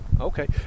Okay